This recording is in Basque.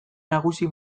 nagusi